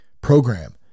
program